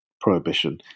prohibition